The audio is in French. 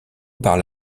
parle